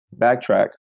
backtrack